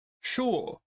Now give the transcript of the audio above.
sure